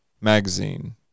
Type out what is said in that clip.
magazine